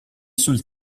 sul